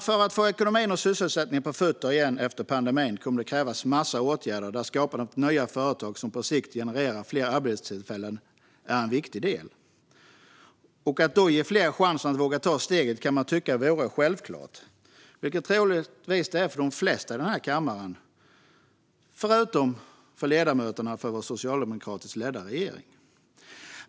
För att få ekonomin och sysselsättningen på fötter igen efter pandemin kommer det att krävas en massa åtgärder, där skapandet av nya företag som på sikt genererar fler arbetstillfällen är en viktig del. Att då ge fler chansen att våga ta steget kan man tycka vore självklart. Det är det troligtvis för de flesta i denna kammare, förutom för ledamöterna i den socialdemokratiskt ledda regeringen.